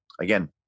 Again